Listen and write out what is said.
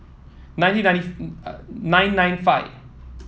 nineteen ninety nine nine five